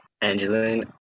Angeline